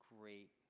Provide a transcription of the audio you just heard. great